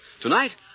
Tonight